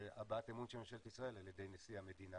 הבעת אמון של ממשלת ישראל על ידי נשיא המדינה.